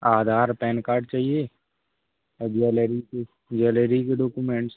आधार PAN card चाहिए और jewellery की ज्वेलेरी के डोकूमेंट्स